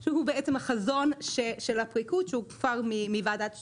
שהוא בעצם החזון של הפריקות שהוא כבר מוועדת ---,